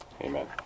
amen